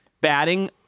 batting